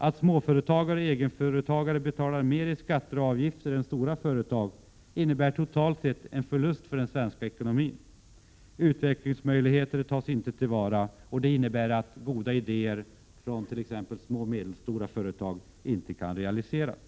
Att småföretagare och egenföretagare betalar mer i skatter och avgifter än stora företag innebär totalt sett en förlust för den svenska ekonomin. Utvecklingsmöjligheter tas inte till vara. Det innebär att goda idéer inom små och medelstora företag inte kan realiseras.